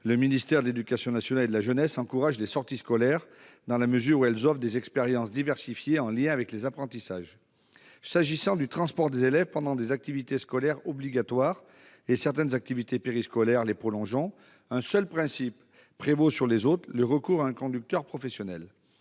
Le ministère de l'éducation nationale et de la jeunesse encourage les sorties scolaires dans la mesure où elles offrent des expériences diversifiées en lien avec les apprentissages. S'agissant du transport des élèves pendant des activités scolaires obligatoires et certaines activités périscolaires les prolongeant, un seul principe prévaut sur les autres, le recours à un conducteur professionnel.